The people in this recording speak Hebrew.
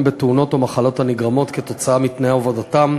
בתאונות או מחלות הנגרמות מתנאי עבודתם,